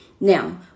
Now